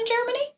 Germany